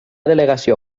delegació